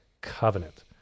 covenant